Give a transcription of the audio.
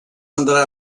sandra